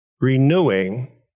renewing